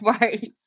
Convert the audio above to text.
Right